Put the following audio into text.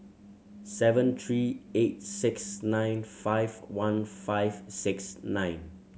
seven three eight six nine five one five six nine